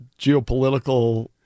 geopolitical